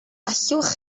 allwch